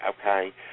okay